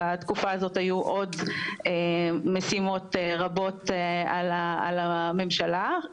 בתקופה הזאת היו עוד משימות רבות על הממשלה.